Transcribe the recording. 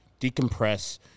decompress